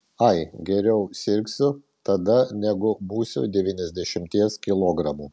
ai geriau sirgsiu tada negu busiu devyniasdešimties kilogramų